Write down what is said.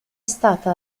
stata